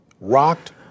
rocked